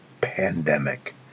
pandemic